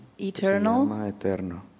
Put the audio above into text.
Eternal